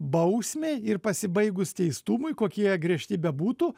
bausmei ir pasibaigus teistumui kokie jie griežti bebūtų